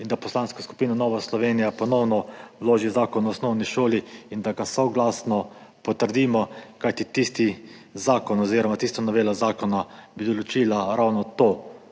in da Poslanska skupina Nova Slovenija ponovno vloži Zakon o osnovni šoli in da ga soglasno potrdimo, kajti tisti zakon oziroma tista novela zakona bi določila ravno to,